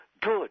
Good